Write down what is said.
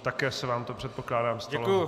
Také se vám to, předpokládám, stalo.